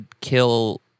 kill